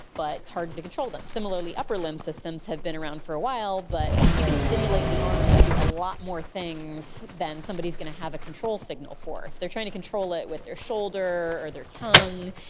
but it's hard to control them. similarly, upper limb systems have been around for a while, but you can stimulate the arm to do a lot more things than somebody is going to have a control signal for. if they are trying to control it with their shoulder or their tongue,